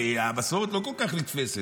הרי המסורת לא כל כך נתפסת,